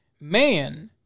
man